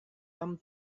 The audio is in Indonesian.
tom